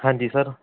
ਹਾਂਜੀ ਸਰ